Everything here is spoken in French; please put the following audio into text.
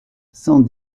cent